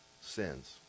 sins